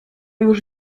już